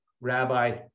rabbi